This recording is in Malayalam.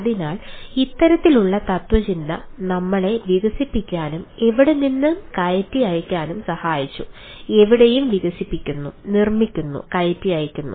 അതിനാൽ ഇത്തരത്തിലുള്ള തത്ത്വചിന്ത ഞങ്ങളെ വികസിപ്പിക്കാനും എവിടെനിന്നും കയറ്റി അയയ്ക്കാനും സഹായിച്ചു എവിടെയും വികസിപ്പിക്കുക നിർമ്മിക്കുക കയറ്റി അയയ്ക്കുക